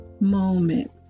moment